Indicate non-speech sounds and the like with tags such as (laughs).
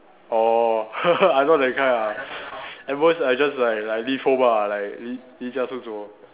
orh (laughs) I not that kind ah at most I just like like leave home ah like li~ 离家出走